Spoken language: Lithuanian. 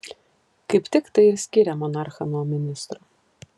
kaip tik tai ir skiria monarchą nuo ministro